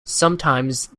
sometimes